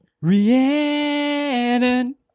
Rhiannon